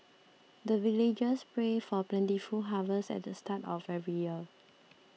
the villagers pray for plentiful harvest at the start of every year